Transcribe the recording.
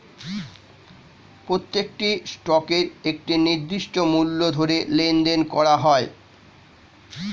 প্রত্যেকটি স্টকের একটি নির্দিষ্ট মূল্য ধরে লেনদেন করা হয়